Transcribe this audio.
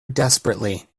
desperately